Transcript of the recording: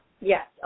Yes